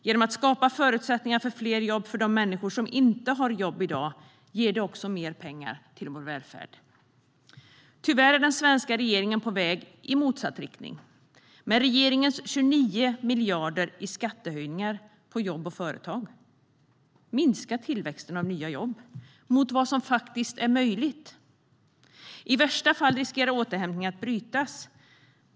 Genom att skapa förutsättningar för fler jobb för de människor som inte har jobb i dag ger vi också mer pengar till vår välfärd. Tyvärr är den svenska regeringen på väg i motsatt riktning. Med regeringens 29 miljarder i skattehöjningar på jobb och företag minskar tillväxten av nya jobb mot vad som faktiskt är möjligt. I värsta fall riskerar återhämtningen att brytas.